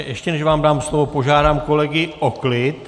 Ještě než vám dám slovo, požádám kolegy o klid.